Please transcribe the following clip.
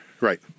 right